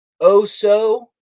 oh-so